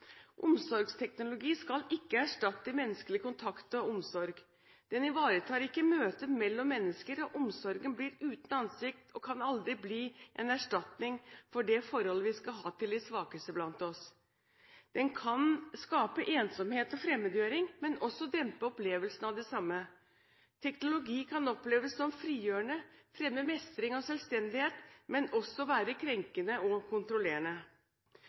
Omsorgsteknologi skal ikke erstatte menneskelig kontakt og omsorg. Den ivaretar ikke møtet mellom mennesker, og omsorgen blir uten ansikt og kan aldri bli en erstatning for det forholdet vi skal ha til de svakeste blant oss. Den kan skape ensomhet og fremmedgjøring, men også dempe opplevelsen av det samme. Teknologi kan oppleves som frigjørende, fremme mestring og selvstendighet, men også være krenkende og kontrollerende.